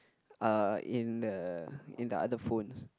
uh in the in the other phones